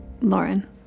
lauren